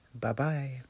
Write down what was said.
Bye-bye